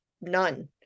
none